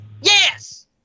Yes